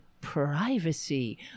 privacy